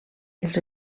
els